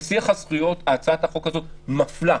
הצעת החוק הזאת מפלה.